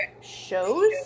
shows